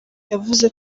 yavuze